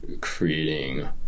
creating